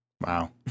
Wow